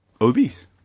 obese